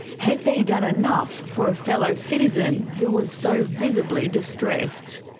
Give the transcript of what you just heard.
had they done enough for a fellow citizen who was so visibly distressed?